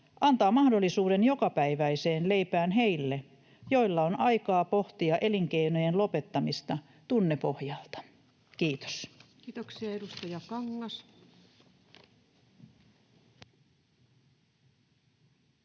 antaa mahdollisuuden jokapäiväiseen leipään heille, joilla on aikaa pohtia elinkeinojen lopettamista tunnepohjalta. — Kiitos. Kiitoksia. — Edustaja Kangas. Arvoisa